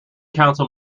council